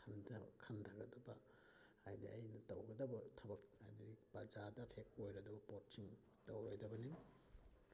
ꯈꯟꯊ ꯈꯟꯊꯒꯗꯕ ꯍꯥꯏꯗꯤ ꯑꯩꯅ ꯇꯧꯒꯗ ꯊꯕꯛ ꯍꯥꯏꯗꯤ ꯄ꯭ꯔꯖꯥꯗ ꯑꯦꯐꯦꯛ ꯑꯣꯏꯒꯗꯕ ꯄꯣꯠꯁꯤꯡ ꯇꯧꯔꯣꯏꯗꯕꯅꯤ